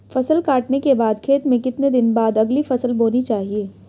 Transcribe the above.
फसल काटने के बाद खेत में कितने दिन बाद अगली फसल बोनी चाहिये?